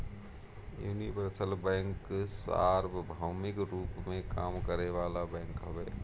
universal bank सार्वभौमिक रूप में काम करे वाला बैंक हवे